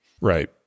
Right